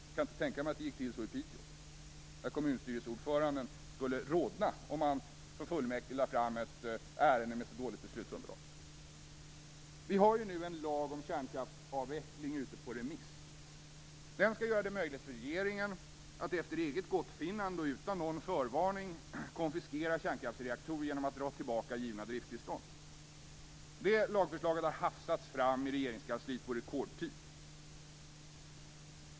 Jag kan inte tänka mig att det gick till så i Piteå, där kommunstyrelseordföranden skulle rodna om han för fullmäktige lade fram ett ärende med så dåligt beslutsunderlag. Vi har nu en lag om kärnkraftsavveckling ute på remiss. Den skall göra det möjligt för regeringen att efter eget gottfinnande och utan någon förvarning konfiskera känkraftsreaktorer genom att dra tillbaka givna drifttillstånd. Det lagförslaget har hafsats fram i Regeringskansliet på rekordtid.